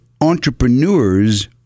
entrepreneurs